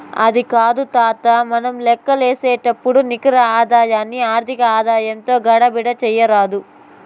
అది కాదు తాతా, మనం లేక్కసేపుడు నికర ఆదాయాన్ని ఆర్థిక ఆదాయంతో గడబిడ చేయరాదు